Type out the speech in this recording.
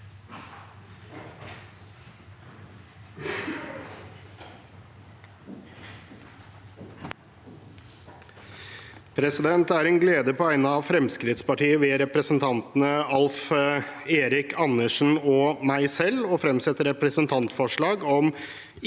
Det er en glede på vegne av Fremskrittspartiet, ved representanten Alf Erik Bergstøl Andersen og meg selv, å fremsette representantforslag om